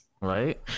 right